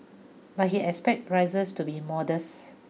but he expects rises to be modest